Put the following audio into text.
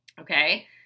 Okay